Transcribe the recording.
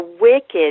wicked